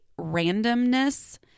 randomness